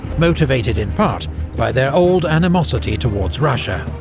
motivated in part by their old animosity towards russia.